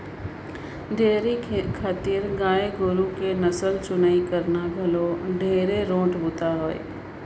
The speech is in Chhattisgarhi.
डेयरी खातिर गाय गोरु के नसल चुनई करना घलो ढेरे रोंट बूता हवे